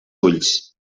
ulls